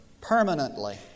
permanently